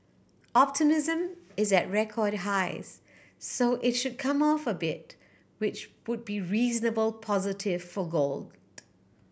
optimism is at record highs so it should come off a bit which would be reasonable positive for gold